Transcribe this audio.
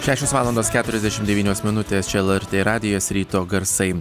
šešios valandos keturiasdešimt devynios minutės čia lrt radijas ryto garsai